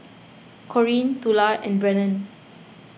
Corinne Tula and Brennen